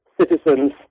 citizens